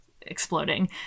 exploding